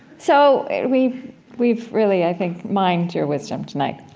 so we've we've really, i think, mined your wisdom tonight.